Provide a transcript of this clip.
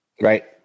Right